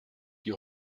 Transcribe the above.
die